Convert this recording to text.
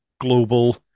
global